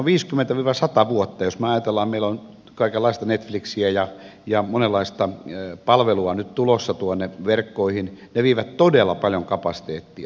jos me ajattelemme että meillä on kaikenlaista netflixiä ja monenlaista palvelua nyt tulossa tuonne verkkoon ne vievät todella paljon kapasiteettia